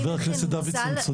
חבר הכנסת דוידסון צודק,